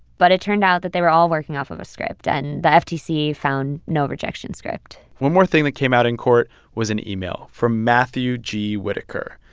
but it turned out that they were all working off of a script. and the ftc found no rejection script one more thing that came out in court was an email from matthew g. whitaker,